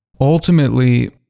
Ultimately